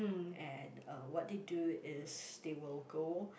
and uh what they do is they will go